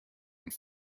and